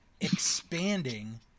expanding